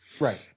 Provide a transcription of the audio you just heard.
Right